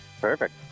Perfect